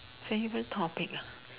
favorite topic ah